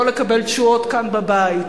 לא לקבל תשואות כאן בבית.